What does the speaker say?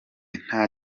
nta